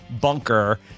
bunker